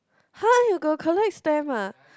har you got collect stamp ah